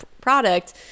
product